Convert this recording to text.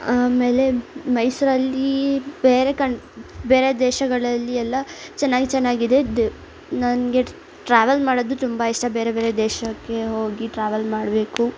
ಆಮೇಲೆ ಮೈಸೂರಲ್ಲಿ ಬೇರೆ ಕಣ ಬೇರೆ ದೇಶಗಳಲ್ಲಿ ಎಲ್ಲ ಚೆನ್ನಾಗಿ ಚೆನ್ನಾಗಿದೆ ದ್ ನನಗೆ ಟ್ರ್ಯಾವೆಲ್ ಮಾಡೋದು ತುಂಬ ಇಷ್ಟ ಬೇರೆ ಬೇರೆ ದೇಶಕ್ಕೆ ಹೋಗಿ ಟ್ರ್ಯಾವೆಲ್ ಮಾಡಬೇಕು